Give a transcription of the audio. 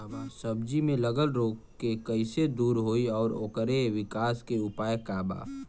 सब्जी में लगल रोग के कइसे दूर होयी और ओकरे विकास के उपाय का बा?